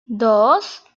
dos